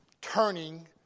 turning